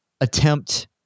attempt